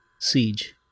Siege